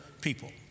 people